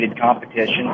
competition